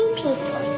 people